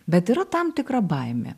bet yra tam tikra baimė